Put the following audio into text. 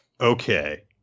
Okay